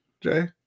Jay